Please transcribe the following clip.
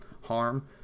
harm